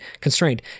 constrained